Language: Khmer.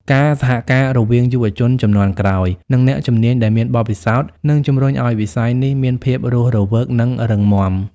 ការសហការរវាងយុវជនជំនាន់ក្រោយ និងអ្នកជំនាញដែលមានបទពិសោធន៍ នឹងជំរុញឱ្យវិស័យនេះមានភាពរស់រវើក និងរឹងមាំ។